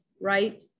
right